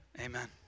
Amen